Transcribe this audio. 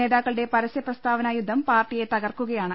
നേതാക്കളുടെ പരസൃ പ്രസ്താവനായുദ്ധം പാർട്ടിയെ തകർക്കുകയാണ്